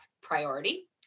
priority